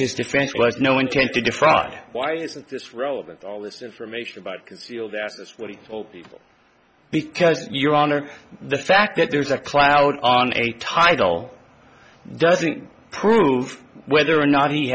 his defense was no intent to defraud why isn't this relevant all this information about conceal this what he told people because your honor the fact that there's a cloud on a title doesn't prove whether or not he